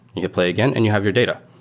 you hit play again and you have your data.